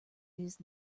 his